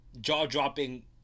jaw-dropping